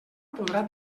podrà